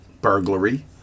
burglary